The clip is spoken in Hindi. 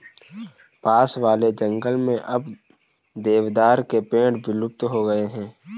पास वाले जंगल में अब देवदार के पेड़ विलुप्त हो गए हैं